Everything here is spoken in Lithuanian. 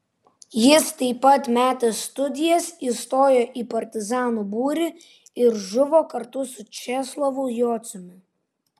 jis taip pat metė studijas įstojo į partizanų būrį ir žuvo kartu su česlovu jociumi